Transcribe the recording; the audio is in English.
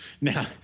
Now